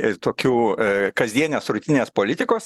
ir tokių kasdienės rutininės politikos